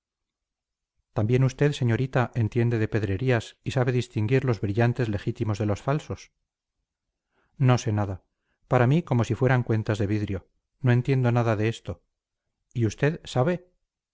también usted señorita entiende de pedrerías y sabe distinguir los brillantes legítimos de los falsos no sé nada para mí como si fueran cuentas de vidrio no entiendo nada de esto y usted sabe